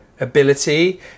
Ability